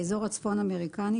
האזור הצפון אמריקני,